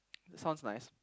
sounds nice